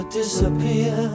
disappear